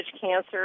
cancer